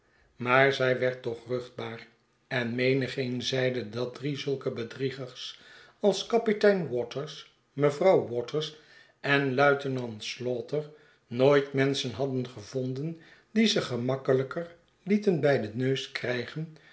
maar zij werd toch ruchtbaar en menigeen zeide dat drie zulke bedriegers als kapitein waters mevrouw waters en luitenant slaughter nooit menschen hadden gevonden die zich gemakkelijker lieten bij den neus krijgen